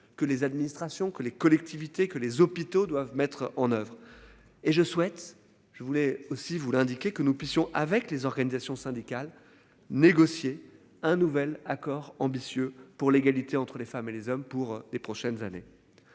que les administrations, que les collectivités que les hôpitaux doivent mettre en oeuvre et je souhaite, je voulais aussi vous l'indiquer que nous puissions avec les organisations syndicales négocier un nouvel accord ambitieux pour l'égalité entre les femmes et les hommes pour les prochaines années.